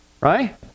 Right